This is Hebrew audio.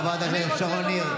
חברת הכנסת שרון ניר.